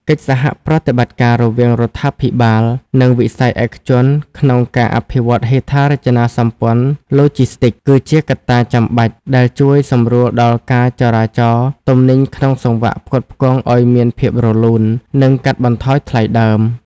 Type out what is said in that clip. កិច្ចសហប្រតិបត្តិការរវាងរដ្ឋាភិបាល និងវិស័យឯកជនក្នុងការអភិវឌ្ឍហេដ្ឋារចនាសម្ព័ន្ធឡូជីស្ទីក គឺជាកត្តាចាំបាច់ដែលជួយសម្រួលដល់ការចរាចរទំនិញក្នុងសង្វាក់ផ្គត់ផ្គង់ឱ្យមានភាពរលូន និងកាត់បន្ថយថ្លៃដើម។